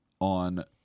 on